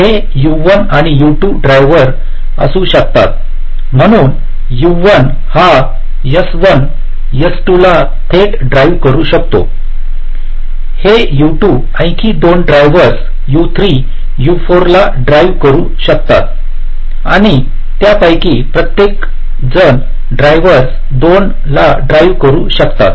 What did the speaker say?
हे U1 आणि U2 driver असू शकतात म्हणून U1 हा S1 S2 ला थेट ड्राईव्ह करू शकतो हे U2 आणखी 2 ड्राइव्हर्स U3 U4 ला ड्राईव्ह करू शकतात आणि त्यापैकी प्रत्येकजण ड्राइव्हर्स 2 ला ड्राईव्ह करू शकतात